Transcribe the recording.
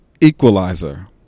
equalizer